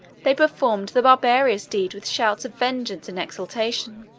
they performed the barbarous deed with shouts of vengeance and exultation.